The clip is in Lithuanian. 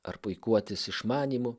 ar puikuotis išmanymu